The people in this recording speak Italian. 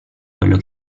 quello